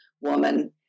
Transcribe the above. woman